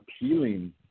appealing